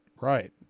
Right